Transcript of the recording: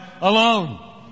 alone